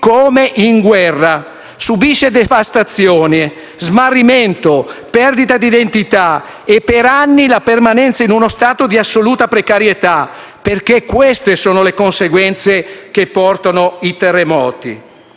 come in guerra, subendo devastazione, smarrimento, perdita di identità e, per anni, la permanenza in uno stato di assoluta precarietà, perché queste sono le conseguenze che portano i terremoti.